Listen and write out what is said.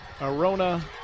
Arona